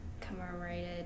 commemorated